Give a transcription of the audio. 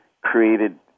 created